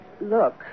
Look